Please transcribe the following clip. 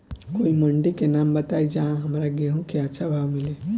कोई मंडी के नाम बताई जहां हमरा गेहूं के अच्छा भाव मिले?